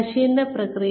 പരിശീലന പ്രക്രിയ